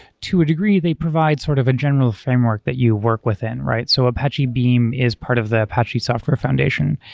to a degree, they provide sort of a general framework that you work within, right? so apache beam is part of the apache software foundation,